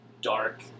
dark